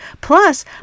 plus